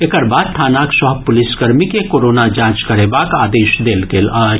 एकर बाद थानाक सभ पुलिसकर्मी के कोरोना जांच करेबाक आदेश देल गेल अछि